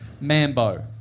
Mambo